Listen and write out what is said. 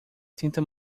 tenta